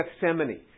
Gethsemane